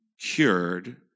cured